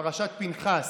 פרשת פינחס.